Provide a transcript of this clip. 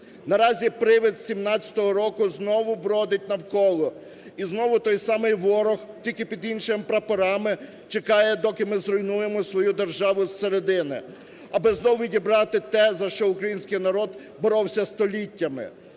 Наразі привид 1917 року знову бродить навколо, і знову той самий ворог, тільки під іншими прапорами, чекає доки ми зруйнуємо свою державу зсередини, аби знову відібрати те, за що український народ боровся століттями.